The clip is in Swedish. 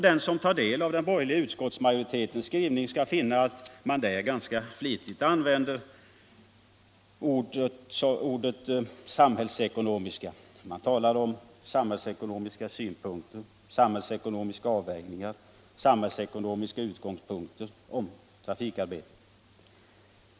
Den som tar del av den borgerliga utskottsmajoritetens skrivning skall finna att man där ganska flitigt använder ordet samhällsekonomiska. Man talar om samhällsekonomiska synpunkter, samhällsekonomiska avvägningar och samhällsekonomiska utgångspunkter i trafikarbetet.